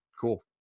cool